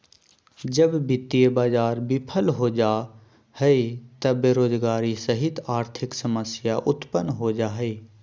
जब वित्तीय बाज़ार बिफल हो जा हइ त बेरोजगारी सहित आर्थिक समस्या उतपन्न हो जा हइ